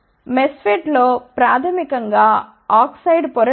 MESFET లో ప్రాథమికం గా ఆక్సైడ్ పొర లేదు